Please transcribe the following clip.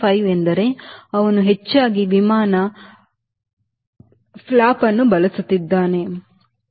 5 ಎಂದರೆ ಅವನು ಹೆಚ್ಚಾಗಿ ವಿಮಾನ ಫ್ಲಾಪ್ ಅನ್ನು ಬಳಸುತ್ತಿದ್ದಾನೆ